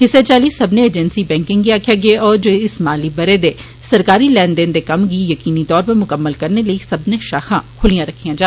इस्सै चाल्ली सब्बनें एजेंसी बैंकें गी आक्खेआ गेआ ऐ जे इस माली बरे दे सरकारी लैन देन दे कम्मै गी यकीनी तौरा पर मुकम्मल करने लेई सब्बै षाखां खुल्लियां रखिया जान